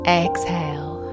exhale